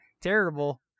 terrible